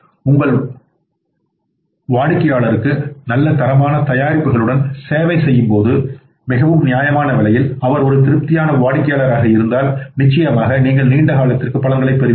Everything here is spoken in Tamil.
நீங்கள் உங்கள் வாடிக்கையாளருக்கு நல்ல தரமான தயாரிப்புகளுடன் சேவை செய்யும் போது மிகவும் நியாயமான விலையில் அவர் ஒரு திருப்தியான வாடிக்கையாளராக இருந்தால் நிச்சயமாக நீங்கள் நீண்ட காலத்திற்கு பலன்களைப் பெறுவீர்கள்